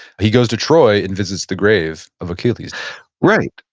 he goes to troy and visits the grave of achilles right.